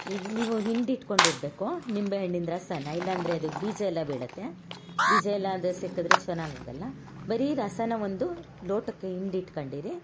ಈಗ ನೀವು ಹಿಂಡಿ ಇಟ್ಕೊಂಡಿರಬೇಕು ನಿಂಬೆ ಹಣ್ಣಿನ ರಸನ ಇಲ್ಲಾಂದ್ರೆ ಅದು ಬೀಜ ಎಲ್ಲ ಬೀಳುತ್ತೆ ಬೀಜ ಎಲ್ಲಾದ ಸಿಕ್ಕಿದ್ದರೆ ಚೆನ್ನಾಗಿರಲ್ಲ ಬರಿ ರಸನ ಒಂದು ಲೋಟಕ್ಕೆ ಹಿಂಡಿ ಇಟ್ಕೊಂಡಿರಿ